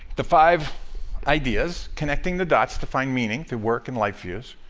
the five ideas connecting the dots to find meaning through work and life views.